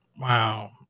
Wow